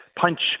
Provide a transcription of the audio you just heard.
punch